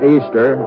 Easter